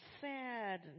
sad